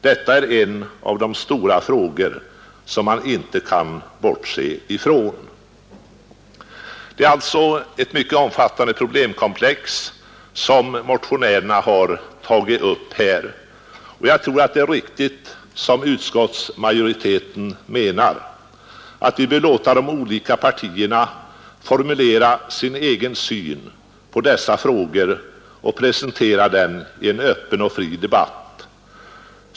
Detta är en av de stora frågorna som man inte kan bortse ifrån.” Det är alltså ett mycket omfattande problemkomplex som motionärerna här har tagit upp. Jag tror att det är riktigt som utskottsmajoriteten menar, nämligen att vi bör låta de olika partierna formulera sin egen syn på dessa frågor och presentera den i en öppen och fri debatt.